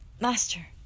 Master